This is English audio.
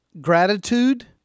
gratitude